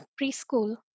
preschool